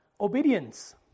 Obedience